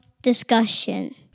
discussion